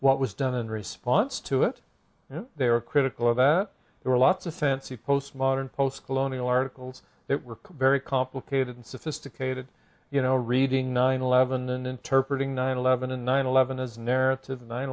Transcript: what was done in response to it and they were critical of that there are lots of sense to post modern post colonial articles that were very complicated and sophisticated you know reading nine eleven and interpreted nine eleven and nine eleven as narrative of nine